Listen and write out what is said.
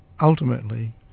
ultimately